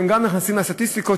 שגם הן נכנסות לסטטיסטיקה,